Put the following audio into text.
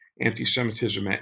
anti-Semitism